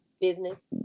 Business